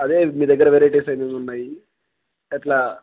అదే మీ దగ్గర వెరైటీస్ అయినవి ఉన్నాయి అట్లా